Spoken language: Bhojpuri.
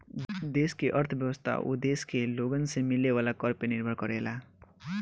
देश के अर्थव्यवस्था ओ देश के लोगन से मिले वाला कर पे निर्भर करेला